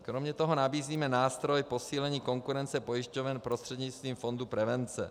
Kromě toho nabízíme nástroj k posílení konkurence pojišťoven prostřednictvím fondu prevence.